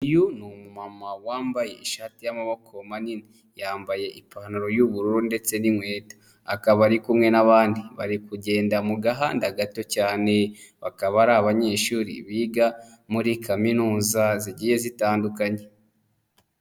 Uyu ni mama wambaye ishati y'amaboko manini. Yambaye ipantaro y'ubururu ndetse n'inkweto. Akaba ari kumwe n'abandi. Bari kugenda mu gahanda gato cyane, bakaba ari abanyeshuri biga muri Kaminuza zigiye zitandukanye.